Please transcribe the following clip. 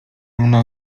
mną